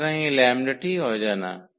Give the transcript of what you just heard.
সুতরাং এই λ টি অজানা